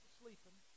sleeping